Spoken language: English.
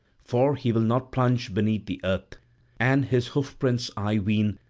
for he will not plunge beneath the earth and his hoof-prints, i ween,